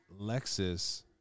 lexus